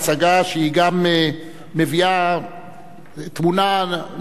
שמביאה תמונה נוקבת,